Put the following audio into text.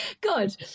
good